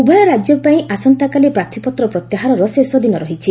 ଉଭୟ ରାଜ୍ୟପାଇଁ ଆସନ୍ତାକାଲି ପ୍ରାର୍ଥୀପତ୍ର ପ୍ରତ୍ୟାହାରର ଶେଷ ଦିନ ରହିଛି